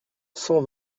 cent